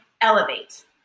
elevate